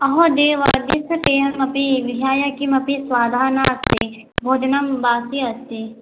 अहो देवाः विधाय किमपि स्वादः नास्ति भोजनं बासी अस्ति